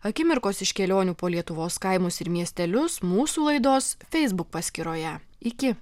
akimirkos iš kelionių po lietuvos kaimus ir miestelius mūsų laidos facebook paskyroje iki